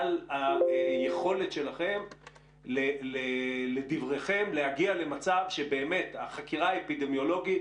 על היכולת שלכם לדבריכם להגיע למצב שבאמת החקירה האפידמיולוגית